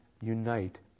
unite